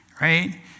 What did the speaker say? right